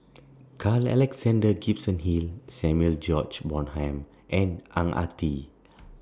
Carl Alexander Gibson Hill Samuel George Bonham and Ang Ah Tee